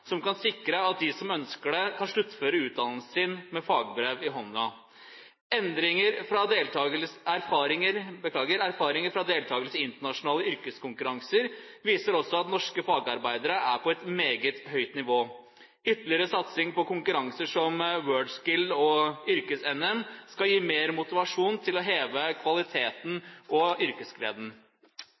som kan sikre at de som ønsker det, kan sluttføre utdannelsen sin med fagbrev i hånden. Erfaringer fra deltakelse i internasjonale yrkeskonkurranser viser også at norske fagarbeidere er på et meget høyt nivå. Ytterligere satsing på konkurranser som World Skills og Yrkes-NM skal gi mer motivasjon til å heve kvaliteten og